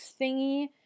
thingy